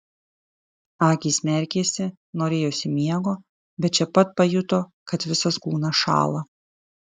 akys merkėsi norėjosi miego bet čia pat pajuto kad visas kūnas šąla